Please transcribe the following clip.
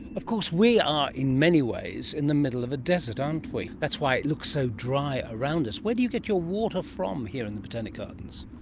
of course we are in many ways in the middle of a desert, aren't we, that's why it looks so dry around us. where do you get your water from here in the botanic gardens?